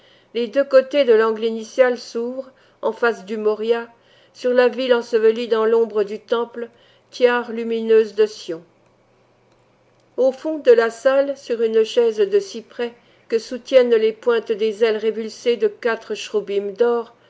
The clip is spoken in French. les deux côtés de l'angle initial s'ouvrent en face du moria sur la ville ensevelie dans l'ombre du temple tiare lumineuse de sion au fond de la salle sur une chaise de cyprès que soutiennent les pointes des ailes révulsées de quatre chroubim d'or